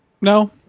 No